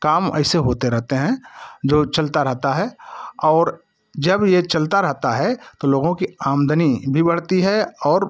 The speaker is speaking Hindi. काम ऐसे होते रहते हैं जो चलता रहता है और जब ये चलता रहता है तो लोगों की आमदनी भी बढ़ती है और